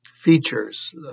features